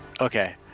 Okay